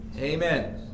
amen